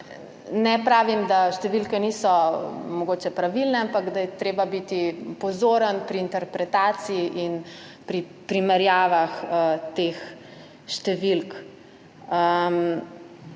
ne pravim, da številke mogoče niso pravilne, ampak da je treba biti pozoren pri interpretaciji in pri primerjavah teh številk.